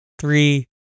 Three